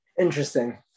interesting